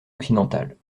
occidentale